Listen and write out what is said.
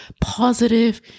positive